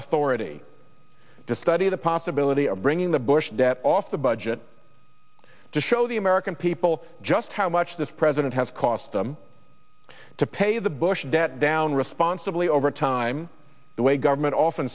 of thor eighty to study the possibility of bringing the bush debt off the budget to show the american people just how much this president has cost them to pay the bush debt down responsibly over time the way government often